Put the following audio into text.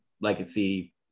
legacy